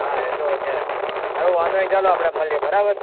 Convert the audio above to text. હાં એ તો છે સારું વાંધો નહીં ચાલો આપડે મલીએ બરાબર